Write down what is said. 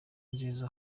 nziza